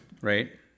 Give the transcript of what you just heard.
right